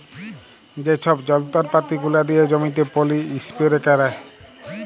যে ছব যল্তরপাতি গুলা দিয়ে জমিতে পলী ইস্পেরে ক্যারে